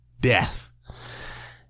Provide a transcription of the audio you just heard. death